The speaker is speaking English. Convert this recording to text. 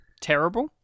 terrible